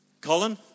Colin